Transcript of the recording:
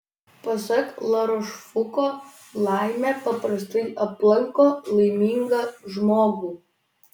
pasak larošfuko laimė paprastai aplanko laimingą žmogų